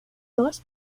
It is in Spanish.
dos